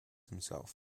himself